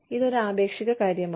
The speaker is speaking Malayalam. ഇതൊരു ആപേക്ഷിക കാര്യമാണ്